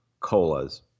Colas